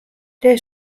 dêr